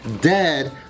dead